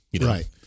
right